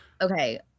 okay